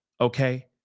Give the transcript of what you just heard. Okay